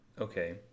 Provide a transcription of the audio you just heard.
okay